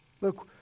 Look